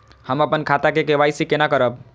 हम अपन खाता के के.वाई.सी केना करब?